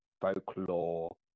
folklore